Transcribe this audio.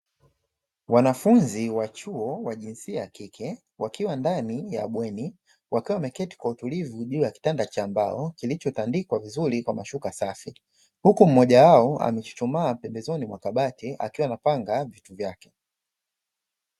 Wanafunzi wa chuo wa jinsia ya kike wakiwa ndani ya bweni wakiwa wameketi kwa utulivu juu ya kitanda cha mbao kilichotandikwa vizuri kwa mashuka safi, huku mmoja wao akichuchumaa pembezoni mwa kabati akiwa anapanga vitu vyake.